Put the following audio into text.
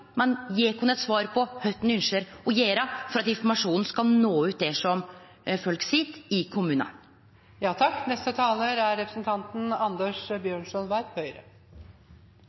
men at han skal gje oss eit svar på kva han ønskjer å gjere for at informasjonen skal nå ut til folk i